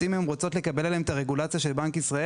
אם הן רוצות לקבל עליהן את הרגולציה של בנק ישראל